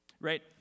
Right